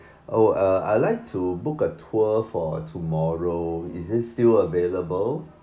oh uh I like to book a tour for tomorrow is it still available